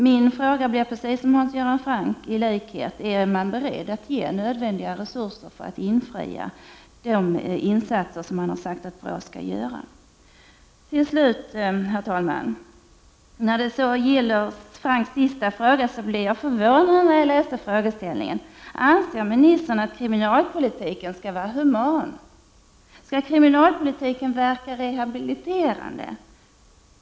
Min fråga blir därför — i likhet med Hans Göran Francks: Är regeringen beredd att ge BRÅ nödvändiga resurser till de insatser som man har sagt att man skall göra? Till slut, herr talman, blev jag förvånad när jag läste frågeställningen i Hans Göran Francks sista fråga, om ministern anser att kriminalpolitiken skall vara human och verka rehabiliterande.